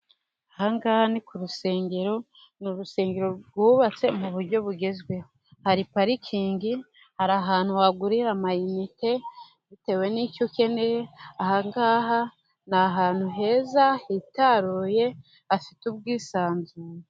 Aha ngaha ni ku rusengero ni urusengero rwubatse mu buryo bugezweho. Hari parikingi, hari ahantu bagurira amayinite bitewe n'icyo ukeneye. Aha ngaha ni ahantu heza hitaruye hafite ubwisanzure